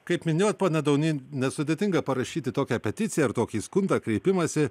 kaip minėjot pone daunį nesudėtinga parašyti tokią peticiją ar tokį skundą kreipimąsi